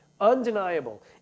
undeniable